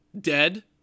Dead